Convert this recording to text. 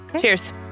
Cheers